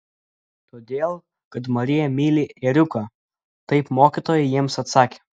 todėl kad marija myli ėriuką taip mokytoja jiems atsakė